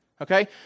okay